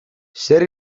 zer